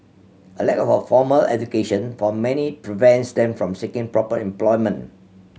a lack of formal education for many prevents them from seeking proper employment